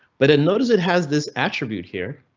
but notice it has this attribute here,